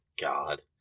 God